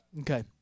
Okay